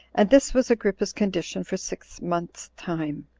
and this was agrippa's condition for six months' time,